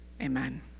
Amen